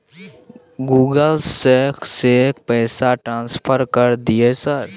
Google से से पैसा ट्रांसफर कर दिय सर?